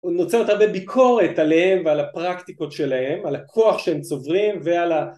ונוצרת הרבה ביקורת עליהם ועל הפרקטיקות שלהם, על הכוח שהם צוברים ועל ה...